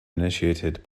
initiated